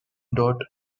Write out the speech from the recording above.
dot